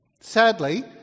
Sadly